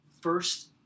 First